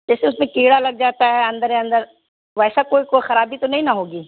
جیسے اس میں کیڑا لگ جاتا ہے اندرے اندر ویسا کوئی کوئی خرابی تو نہیں نہ ہوگی